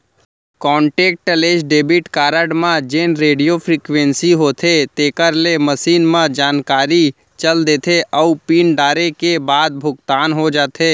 contactless debit card म जेन radio frequency होथे तेकर ले मसीन म जानकारी चल देथे अउ पिन डारे के बाद भुगतान हो जाथे